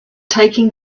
taking